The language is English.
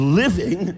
living